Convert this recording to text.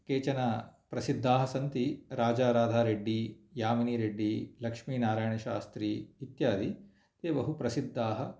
केचन प्रसिद्धाः सन्ति राजाराधारेड्डी यमिनीरेड्डी लक्ष्मीनारायणशास्त्री इत्यादि ते बहुप्रसिद्धाः